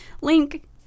Link